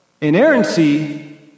inerrancy